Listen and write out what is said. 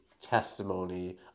testimony